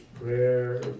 prayer